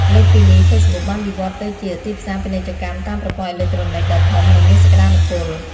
លើសពីនេះ ហ្វេសប៊ុកបានវិវត្តន៍ទៅជា ទីផ្សារពាណិជ្ជកម្មតាមប្រព័ន្ធអេឡិចត្រូនិច ដ៏ធំ និងមានសក្តានុពល។